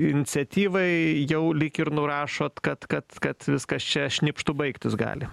iniciatyvai jau lyg ir nurašot kad kad kad viskas čia šnipštu baigtis gali